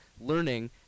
learning